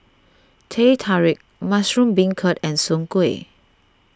Teh Tarik Mushroom Beancurd and Soon Kuih